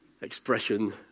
expression